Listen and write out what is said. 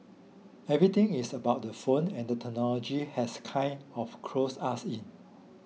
everything is about the phone and the technology has kind of closed us in